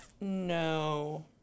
No